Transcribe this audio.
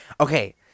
Okay